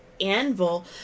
Anvil